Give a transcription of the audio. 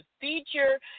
feature